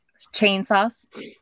chainsaws